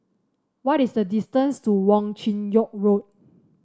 what is the distance to Wong Chin Yoke Road